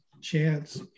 chance